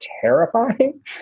terrifying